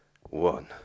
one